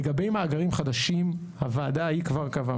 לגבי מאגרים חדשים, הוועדה ההיא כבר קבעה.